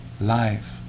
life